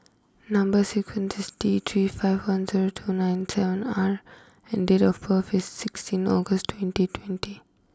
number is T three five one zero two nine seven R and date of birth is sixteen August twenty twenty